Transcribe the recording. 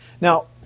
Now